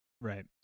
Right